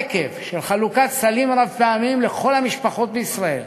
היקף של חלוקת סלים רב-פעמיים לכל המשפחות בישראל,